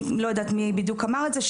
לא יודעת מי בדיוק אמר את זה,